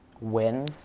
win